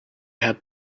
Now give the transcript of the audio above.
had